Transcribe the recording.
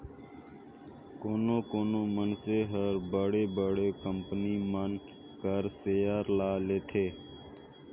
कोनो कोनो मइनसे हर बड़े बड़े कंपनी मन कर सेयर ल लेथे